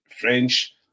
French